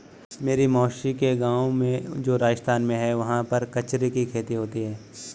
मेरी मौसी के गाँव में जो राजस्थान में है वहाँ पर कचरी की खेती होती है